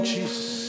Jesus